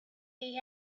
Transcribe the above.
they